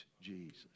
Jesus